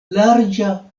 larĝa